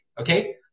okay